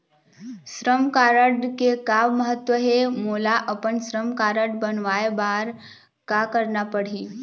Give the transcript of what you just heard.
श्रम कारड के का महत्व हे, मोला अपन श्रम कारड बनवाए बार का करना पढ़ही?